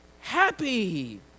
happy